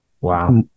Wow